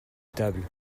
table